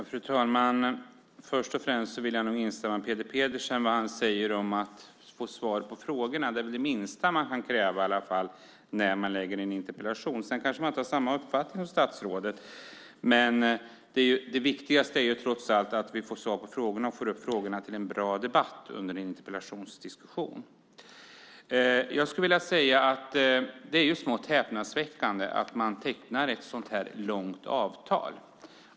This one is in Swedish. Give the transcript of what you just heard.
Fru talman! Först och främst vill jag instämma i vad Peter Pedersen säger om att få svar på frågor. Det är väl det minsta man kan kräva när man ställer en interpellation. Sedan kanske man inte har samma uppfattning som statsrådet, men det viktigaste är trots allt att vi får svar på frågorna och får en bra diskussion under en interpellationsdebatt. Det är smått häpnadsväckande att man tecknar ett sådant långt avtal.